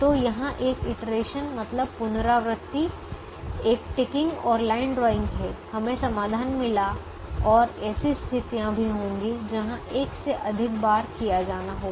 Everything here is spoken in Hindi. तो यहां एक इटरेशन मतलब पुनरावृत्ति एक टिकिंग और लाइन ड्राइंग है हमें समाधान मिला और ऐसी स्थितियां भी होंगी जहां एक से अधिक बार किया जाना होगा